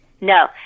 No